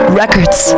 records